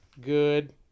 Good